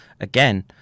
again